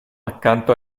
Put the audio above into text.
accanto